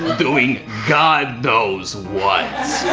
doing god knows what,